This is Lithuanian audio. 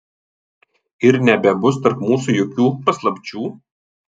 ir nebebus tarp mūsų jokių paslapčių